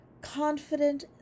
confident